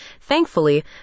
Thankfully